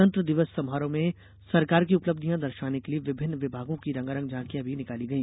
गणतंत्र दिवस समारोह में सरकार की उपलब्धियां दर्शाने के लिए विभिन्न विभागों की रंगारंग झांकियां भी निकाली गई